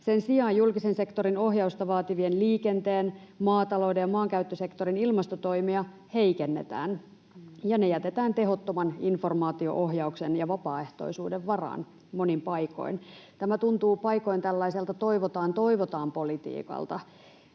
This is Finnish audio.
Sen sijaan julkisen sektorin ohjausta vaativien liikenteen, maatalouden ja maankäyttösektorin ilmastotoimia heikennetään ja ne jätetään tehottoman informaatio-ohjauksen ja vapaaehtoisuuden varaan monin paikoin. Tämä tuntuu paikoin tällaiselta toivotaan, toivotaan ‑politiikalta.